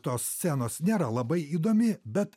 tos scenos nėra labai įdomi bet